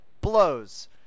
Blows